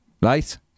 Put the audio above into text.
Right